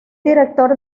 director